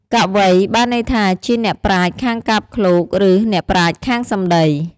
កវី បានន័យថាជាអ្នកប្រាជ្ញខាងកាព្យឃ្លោង ឬ អ្នកប្រាជ្ញខាងសំដី។